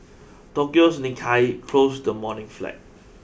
Tokyo's Nikkei closed the morning flat